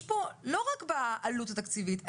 יש פה לא רק בעלות התקציבית,